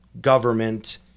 government